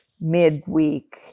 midweek